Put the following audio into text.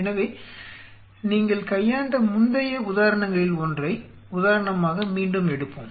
எனவே நீங்கள் கையாண்ட முந்தைய உதாரணங்களில் ஒன்றை உதாரணமாக மீண்டும் எடுப்போம்